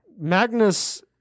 Magnus